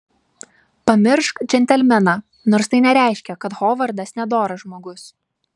pamiršk džentelmeną nors tai nereiškia kad hovardas nedoras žmogus